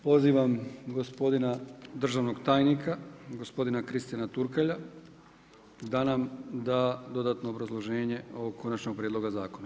Pozivam gospodina državnog tajnika gospodina Kristijana Turkalja da nam da dodatno obrazloženje ovog konačnog prijedloga zakona.